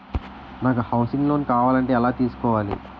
నాకు housing loan కావాలంటే ఎలా తీసుకోవాలి?